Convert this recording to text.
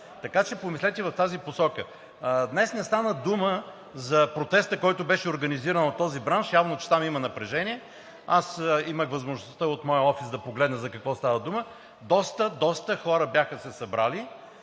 така че помислете в тази посока. Днес не стана дума за протеста, който беше организиран от този бранш. Явно е, че там има напрежение. Аз имах възможността от моя офис да погледна за какво стана дума – доста, доста хора бяха се събрали.